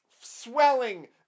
swelling